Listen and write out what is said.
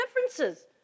differences